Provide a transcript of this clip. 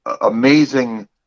amazing